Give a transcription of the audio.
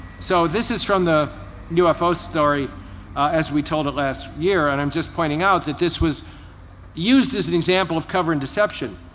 so this is from the ufo story as we told it last year. and i'm just pointing out that this was used as an example of cover and deception.